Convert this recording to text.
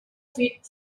fit